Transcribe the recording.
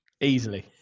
Easily